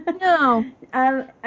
No